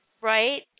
right